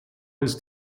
ist